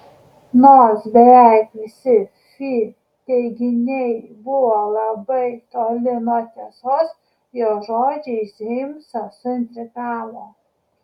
nors beveik visi fi teiginiai buvo labai toli nuo tiesos jos žodžiai džeimsą suintrigavo